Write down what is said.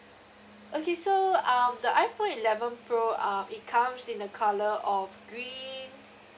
okay so um the iphone eleven pro uh it comes in a colour of green